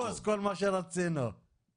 אחד הדברים שדיברנו עליו כאן היה שיהיה מישהו.